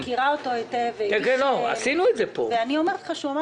אני מכירה אותו היטב ואני אומרת לך שהוא אמר